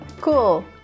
Cool